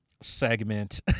segment